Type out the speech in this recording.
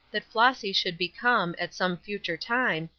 that flossy should become, at some future time,